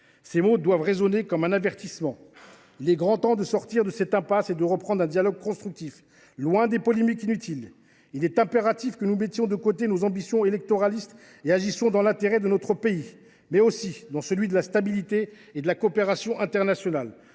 Ces mots doivent résonner comme un avertissement. Il est grand temps de sortir de cette impasse et de reprendre un dialogue constructif, loin des polémiques inutiles. Il est impératif que nous mettions de côté nos ambitions électorales et agissions dans l’intérêt de notre pays, mais aussi de la stabilité et de la coopération internationales.